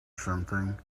something